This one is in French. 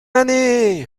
année